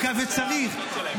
וצריך,